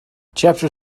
chapter